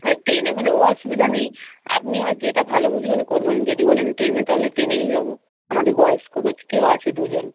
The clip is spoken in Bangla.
হ্যাঁ ট্রেনে হলেও অসুবিধা নেই আপনি ওই যেটা ভালো বুঝবেন করবেন যদি বলেন ট্রেনে তাহলে ট্রেনেই যাব আমাদের বয়স্ক ব্যক্তিও আছে দুজন